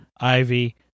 Ivy